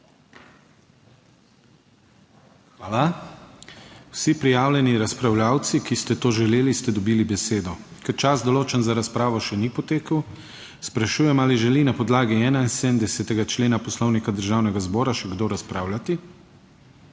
Hvala. Vsi prijavljeni razpravljavci, ki ste to želeli, ste dobili besedo. Ker čas določen za razpravo še ni potekel, sprašujem, ali želi na podlagi 71. člena Poslovnika Državnega zbora še kdo razpravljati?